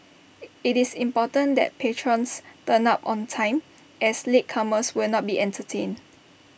IT is important that patrons turn up on time as latecomers will not be entertained